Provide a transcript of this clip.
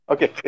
Okay